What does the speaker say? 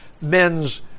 men's